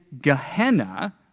Gehenna